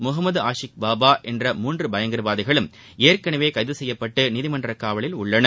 முகமது ஆஷிக் பாபா என்ற மூன்று பயங்கரவாதிகளும் ஏற்கெனவே கைது செய்யப்பட்டு நீதிமன்ற காவலில் உள்ளனர்